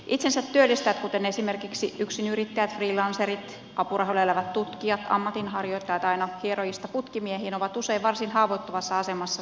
itsensä työllistäjät kuten esimerkiksi yksinyrittäjät freelancerit apurahoilla elävät tutkijat ammatinharjoittajat aina hierojista putkimiehiin ovat usein varsin haavoittuvassa asemassa työmarkkinoilla